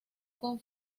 con